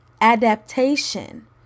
adaptation